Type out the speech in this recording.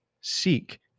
Seek